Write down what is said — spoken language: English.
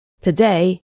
Today